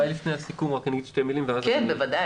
לי נורא חבל ומפריע זה שבאמת כל כך הרבה שנים הנושא כבר היה